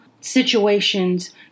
situations